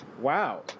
Wow